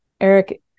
Eric